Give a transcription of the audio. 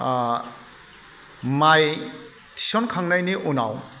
माइ थिसनखांनायनि उनाव